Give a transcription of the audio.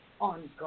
on